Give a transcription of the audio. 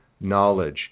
knowledge